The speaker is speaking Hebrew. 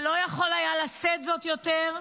ולא יכול היה לשאת זאת יותר.